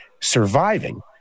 surviving